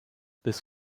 this